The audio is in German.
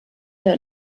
der